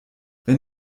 wenn